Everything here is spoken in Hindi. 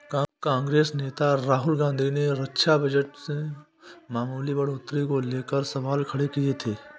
कांग्रेस नेता राहुल गांधी ने रक्षा बजट में मामूली बढ़ोतरी को लेकर सवाल खड़े किए थे